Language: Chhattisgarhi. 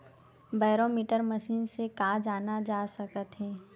बैरोमीटर मशीन से का जाना जा सकत हे?